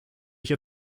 hier